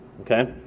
Okay